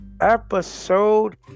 episode